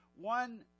one